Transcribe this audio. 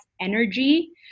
energy